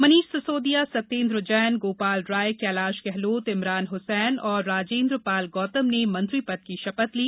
मनीष सिसौदिया सत्येन्द्र जैन गोपाल राय कैलाश गेहलोत इमरान हुसैन और राजेन्द्र पाल गौतम ने मंत्री पद की शपथ ली